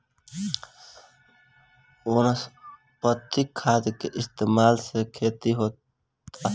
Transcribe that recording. वनस्पतिक खाद के इस्तमाल के से खेती होता